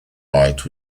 light